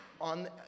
on